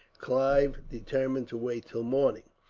clive determined to wait till morning.